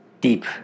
deep